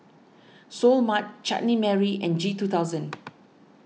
Seoul Mart Chutney Mary and G two thousand